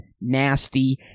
Nasty